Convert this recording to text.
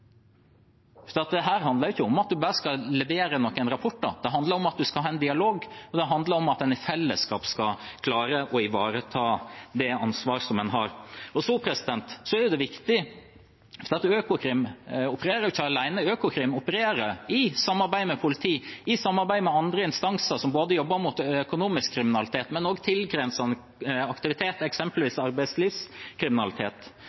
handler ikke om at en bare skal levere noen rapporter, det handler om at en skal ha en dialog, og det handler om at en i fellesskap skal klare å ivareta det ansvaret som en har. Økokrim opererer ikke alene, Økokrim opererer i samarbeid med politi og andre instanser som jobber mot økonomisk kriminalitet, men også med tilgrensende aktivitet,